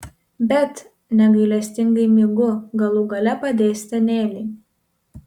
bet negailestingai mygu galų gale padėsite nėniui